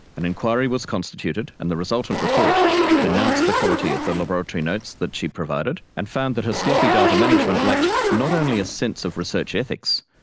an inquiry was constituted and the resultant report denounced the quality of the laboratory notes that she provided and found that her sloppy data management lacked not only a sense of research ethics,